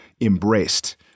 embraced